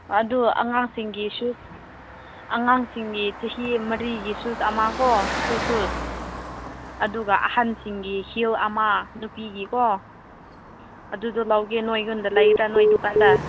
ꯑꯗꯣ ꯑꯉꯥꯡꯁꯤꯡꯒꯤ ꯁꯨꯁ ꯑꯉꯥꯡꯁꯤꯡꯒꯤ ꯆꯍꯤ ꯃꯔꯤꯒꯤ ꯁꯨꯁ ꯑꯃ ꯀꯣ ꯁ꯭ꯀꯨꯜ ꯁꯨꯁ ꯑꯗꯨꯒ ꯑꯍꯟꯁꯤꯡꯒꯤ ꯍꯤꯜ ꯑꯃ ꯅꯨꯄꯤꯒꯤꯀꯣ ꯑꯗꯨꯗꯣ ꯂꯧꯒꯦ ꯅꯣꯏꯉꯣꯟꯗ ꯂꯩꯕ꯭ꯔꯥ ꯅꯣꯏ ꯗꯨꯀꯥꯟꯗ